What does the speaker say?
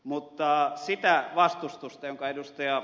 mutta se vastustus jonka ed